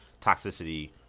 toxicity